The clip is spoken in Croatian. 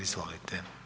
Izvolite.